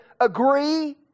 agree